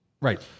Right